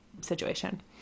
situation